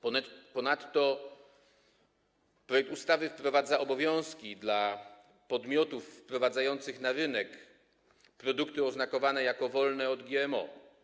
Ponadto projekt ustawy przewiduje obowiązki dla podmiotów wprowadzających na rynek produkty oznakowane jako wolne od GMO.